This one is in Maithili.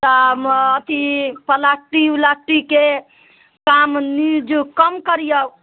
अथि प्लास्टिक व्लास्टिकके काम यूज कम करियौ